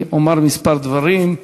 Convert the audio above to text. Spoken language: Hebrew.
1268, 1787, 1792,